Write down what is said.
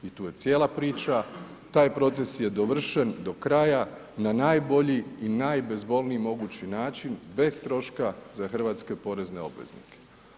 I tu je cijela priča, taj proces je dovršen do kraja, na najbolji i najbezbolniji mogući način bez troška za hrvatske porezne obveznike.